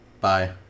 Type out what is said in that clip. Bye